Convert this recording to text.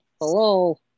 Hello